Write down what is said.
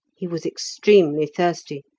he was extremely thirsty,